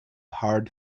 hard